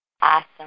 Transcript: Awesome